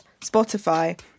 Spotify